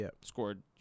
Scored